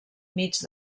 mig